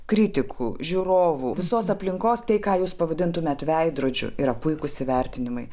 kritikų žiūrovų visos aplinkos tai ką jūs pavadintumėt veidrodžiu yra puikūs įvertinimai